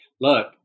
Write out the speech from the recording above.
look